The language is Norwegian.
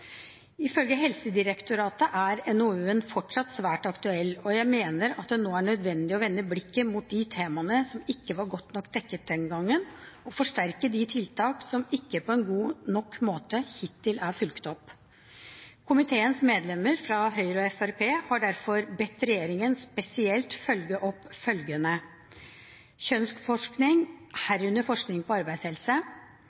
Ifølge Helsedirektoratet er NOU-en fortsatt svært aktuell, og jeg mener at det nå er nødvendig å vende blikket mot de temaene som ikke var godt nok dekket den gangen, og forsterke de tiltak som ikke på en god nok måte hittil er fulgt opp. Komiteens medlemmer fra Høyre og Fremskrittspartiet har derfor bedt regjeringen spesielt følge opp følgende: Kjønnsforskning – herunder forskning på arbeidshelse